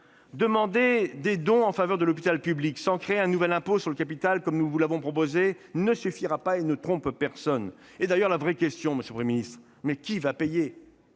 Demander des dons en faveur de l'hôpital public sans créer un nouvel impôt sur le capital, comme nous vous l'avons proposé, ne suffira pas, et cela ne trompe personne. D'ailleurs, la vraie question, monsieur le Premier ministre,